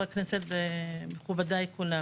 מכובדי כולם,